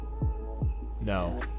No